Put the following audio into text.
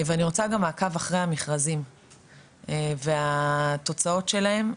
ואני רוצה גם מעקב אחרי המכרזים והתוצאות שלהם.